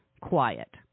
quiet